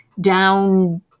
down